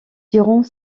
durant